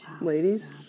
ladies